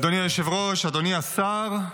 אדוני היושב-ראש, אדוני השר,